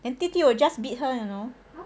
弟弟 will just beat her you know